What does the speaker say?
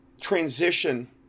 transition